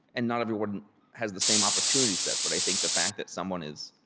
and not everyone has the same opportunity set. but i think the fact that someone is,